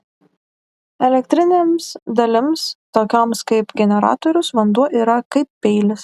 elektrinėms dalims tokioms kaip generatorius vanduo yra kaip peilis